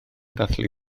dathlu